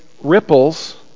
ripples